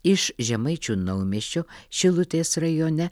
iš žemaičių naumiesčio šilutės rajone